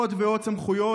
עוד ועוד סמכויות.